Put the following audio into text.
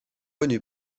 n’eut